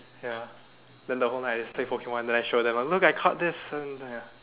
ya then the whole night I just play Pokemon then I show my mom look I caught this then ya